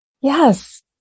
Yes